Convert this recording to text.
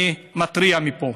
אני מתריע מפה